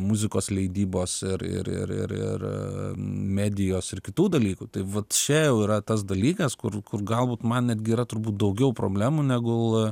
muzikos leidybos ir ir ir ir ir medijos ir kitų dalykų tai vat čia jau yra tas dalykas kur kur galbūt man netgi yra turbūt daugiau problemų negu